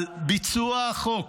על ביצוע החוק.